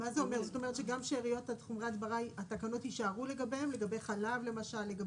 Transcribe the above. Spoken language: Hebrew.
זה אומר שהתקנות יישארו בנוגע לשאריות חומרי הדברה בחלב למשל?